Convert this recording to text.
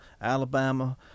Alabama